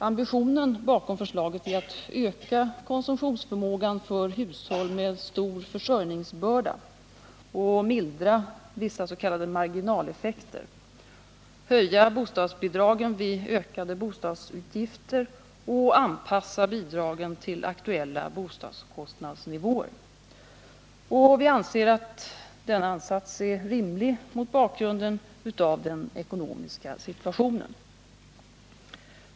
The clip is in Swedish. Ambitionen bakom förslaget är att öka konsumtionsförmågan för hushåll med stor försörjningsbörda och mildra vissa s.k. marginaleffekter, höja bostadsbidragen vid ökade bostadsutgifter och anpassa bidragen till aktuella bostadskostnadsnivåer. Vi anser att denna ansats är rimlig mot bakgrund av den ekonomiska situationen.